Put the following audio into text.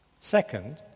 Second